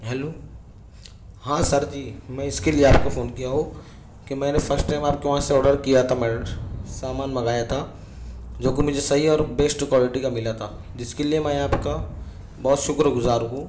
hello ہاں sir جی میں اس کے لیے آپ کو فون کیا ہوں کہ میں نے فسٹ ٹائم آپ کے وہاں سے آڈر کیا تھا میں سامان منگایا تھا جوکہ مجھے صحیح اور بیسٹ کوالیٹی کا ملا تھا جس کے لیے میں آپ کا بہت شکر گذار ہوں